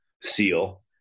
seal